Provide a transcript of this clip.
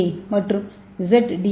ஏ மற்றும் Z D